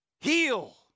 Heal